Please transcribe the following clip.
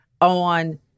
on